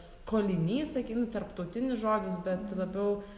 skolinys sakym tarptautinis žodis bet labiau